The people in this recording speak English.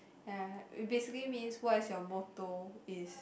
ya it basically means what is your motto is